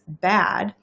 bad